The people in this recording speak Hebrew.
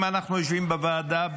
אם אנחנו יושבים בוועדה,